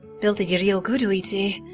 belted'ya real good i'd say,